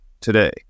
today